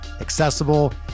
accessible